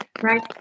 right